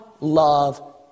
love